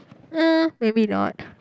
!huh! maybe not